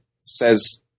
says